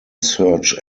search